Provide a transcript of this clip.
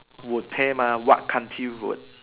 would pay mah what country would